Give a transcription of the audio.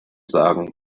sagen